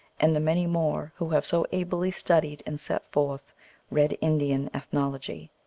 and the many more who have so ably studied and set forth red indian ethnology.